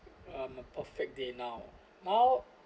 um a perfect day now now